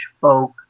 folk